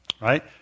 Right